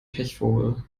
pechvogel